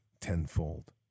tenfold